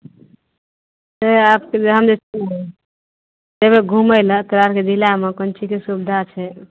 जेबय घुमय लए तोरा आरके जिलामे कोन चीजके सुविधा छै